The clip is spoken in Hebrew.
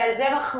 ועל זה מחמאות.